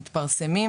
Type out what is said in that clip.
מתפרסמים